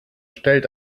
stellt